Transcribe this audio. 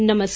नमस्कार